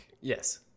Yes